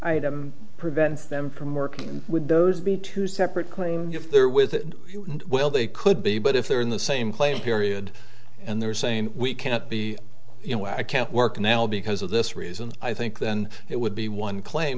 item prevents them from working would those be two separate claim if they're with well they could be but if they're in the same plane period and they're saying we can't be you know i can't work now because of this reason i think then it would be one claim